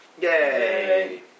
Yay